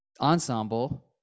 ensemble